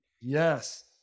Yes